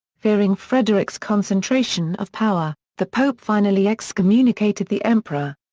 fearing frederick's concentration of power, the pope finally excommunicated the emperor.